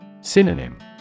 Synonym